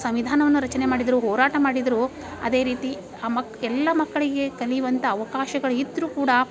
ಸಂವಿಧಾನವನ್ನು ರಚನೆ ಮಾಡಿದರು ಹೋರಾಟ ಮಾಡಿದರು ಅದೇ ರೀತಿ ಆ ಮಕ್ ಎಲ್ಲ ಮಕ್ಕಳಿಗೆ ಕಲಿಯುವಂಥ ಅವಕಾಶಗಳು ಇದ್ರೂ ಕೂಡ